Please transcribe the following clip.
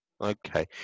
okay